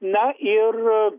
na ir